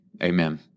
Amen